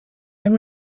and